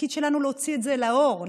התפקיד שלנו להוציא את זה לאור,